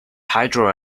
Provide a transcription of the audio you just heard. hydro